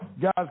Guys